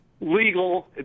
legal